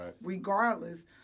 Regardless